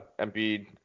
Embiid